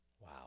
Wow